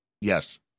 Yes